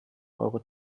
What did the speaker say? euro